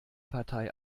partei